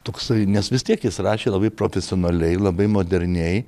toksai nes vis tiek jis rašė labai profesionaliai labai moderniai